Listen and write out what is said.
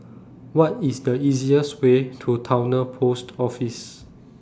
What IS The easiest Way to Towner Post Office